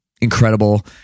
incredible